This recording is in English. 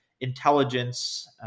intelligence